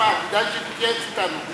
שמע, כדאי שתתייעץ אתנו.